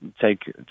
take